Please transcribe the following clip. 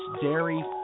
dairy